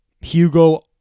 Hugo